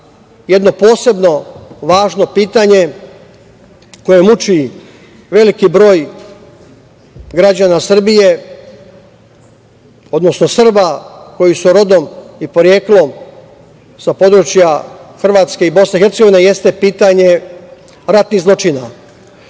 jedno posebno važno pitanje koje muči veliki broj građana Srbije, odnosno Srba koji su rodom i poreklom sa područja Hrvatske i BiH jeste pitanje ratnih zločina. Mi